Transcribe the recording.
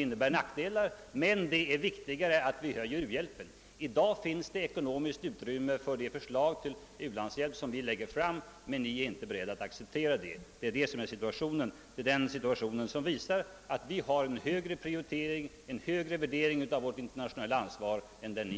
innebär nackdelar. Detta har vi gjort därför att vi anser det viktigt att höja u-hjälpsbidraget. I dag finns det ekonomiskt utrymma för det förslag till u-landshjälp som vi lägger fram, men ni är inte beredda att acceptera detta. Sådan är situationen. Vi har en högre prioritering, en högre värdering av vad vårt internationella ansvar kräver än ni.